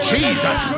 Jesus